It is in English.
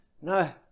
No